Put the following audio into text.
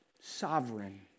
sovereign